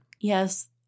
Yes